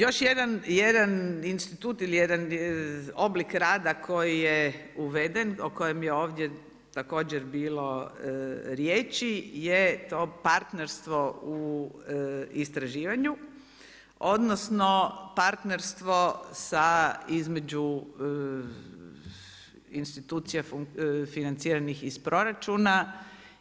Još jedan institut ili jedan oblik rada koji je uveden o kojem je ovdje također bilo riječi je to partnerstvo u istraživanju, odnosno partnerstvo između institucija financiranih iz proračuna